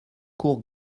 cours